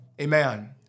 Amen